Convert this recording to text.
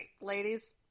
ladies